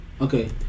Okay